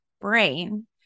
brain